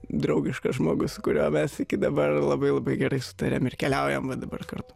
draugiškas žmogus kurio mes iki dabar labai labai gerai sutariam ir keliaujam va dabar kartu